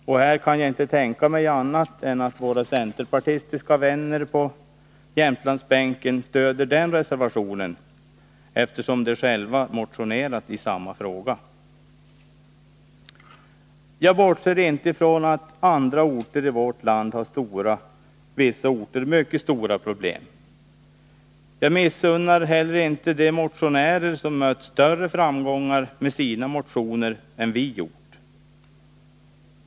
Jag kan inte tänka mig annat än att våra centerpartistiska vänner på Jämtlandsbänken stöder den reservationen, eftersom de själva motionerat i samma fråga. Jag bortser inte från att andra orter i vårt land har stora problem och vissa orter mycket stora problem. Jag missunnar heller inte de motionärer som mött större framgångar med sina motioner än vi gjort.